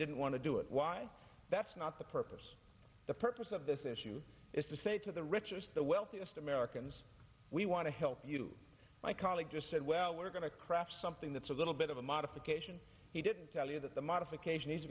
didn't want to do it why that not the purpose the purpose of this issue is to say to the richest the wealthiest americans we want to help you my colleague just said well we're going to craft something that's a little bit of a modification he didn't tell you that the modification